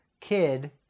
kid